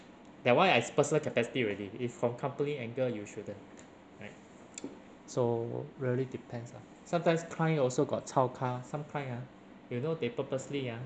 that [one] I is personal capacity already if from company angle you shouldn't right so really depends lah sometimes client also got chao kah some client ah you know they purposely ah